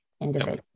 individual